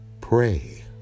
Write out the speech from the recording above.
Pray